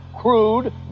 crude